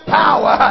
power